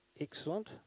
Excellent